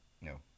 No